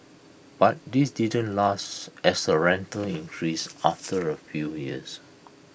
but this didn't last as the rental increased after A few years